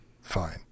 Fine